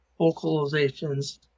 vocalizations